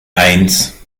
eins